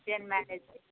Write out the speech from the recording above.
Christian మ్యారేజే